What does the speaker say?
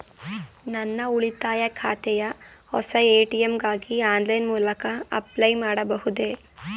ನನ್ನ ಉಳಿತಾಯ ಖಾತೆಯ ಹೊಸ ಎ.ಟಿ.ಎಂ ಗಾಗಿ ಆನ್ಲೈನ್ ಮೂಲಕ ಅಪ್ಲೈ ಮಾಡಬಹುದೇ?